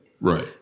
Right